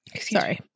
sorry